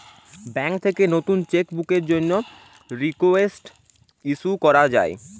bank থেকে নতুন cheque বুকের জন্যে রিকোয়েস্ট ইস্যু করা যায়